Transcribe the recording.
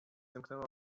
zamknęła